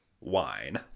wine